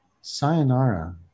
Sayonara